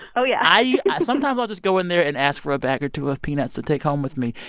oh, yeah i sometimes i'll just go in there and ask for a bag or two of peanuts to take home with me.